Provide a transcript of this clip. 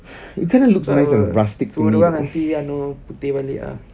suruh suruh diorang nanti anuh putih balik ah